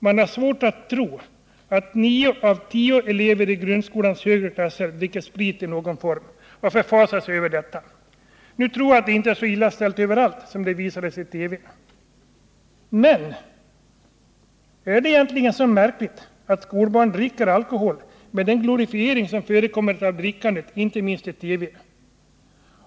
Man har svårt att tro att nio av tio elever i grundskolans högre klasser dricker sprit i någon form, och man förfasar sig över detta. Nu tror jag inte att det är så illa ställt överallt som det visades i TV, men är det egentligen så märkligt att skolbarn dricker alkohol med tanke på den glorifiering av drickandet som förekommer inte minst i TV?